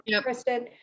Kristen